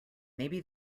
maybe